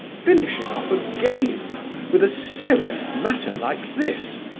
finishing off a game with a serious matter like this,